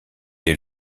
est